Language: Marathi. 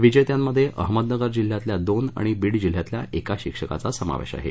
विजेत्यांमध्ये अहमदनगर जिल्ह्यातल्या दोन आणि बीड जिल्ह्यातल्या एका शिक्षकाचा समावेश आहे